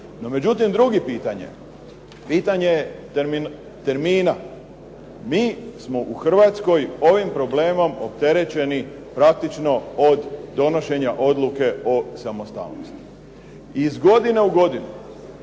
No međutim, drugi pitanje, pitanje je termina. Mi smo u Hrvatskoj ovim problemom opterećeni praktično od donošenja odluke o samostalnosti i iz godine u godinu